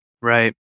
Right